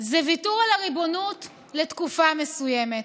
זה ויתור על הריבונות לתקופה מסוימת.